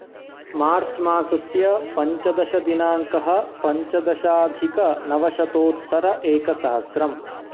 मार्च् मासस्य पञ्चदशदिनांकः पञ्चदशाधिकनवशतोत्तर एकसहस्रम्